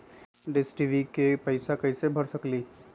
Dish TV के पैईसा कईसे भर सकली?